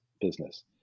business